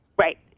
Right